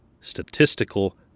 statistical